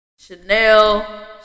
chanel